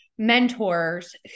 Mentors